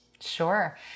Sure